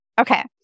okay